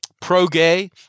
pro-gay